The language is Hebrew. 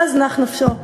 ואז נח נפשו,